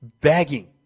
begging